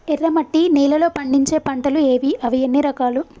ఎర్రమట్టి నేలలో పండించే పంటలు ఏవి? అవి ఎన్ని రకాలు?